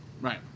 Right